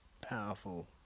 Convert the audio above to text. powerful